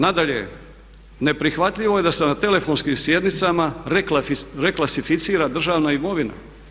Nadalje, neprihvatljivo je da se na telefonskim sjednicama reklasificira državna imovina.